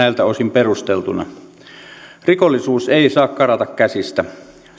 osin perusteltuna rikollisuus ei saa karata käsistä syyttäjien tulee ehtiä reagoimaan